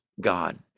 God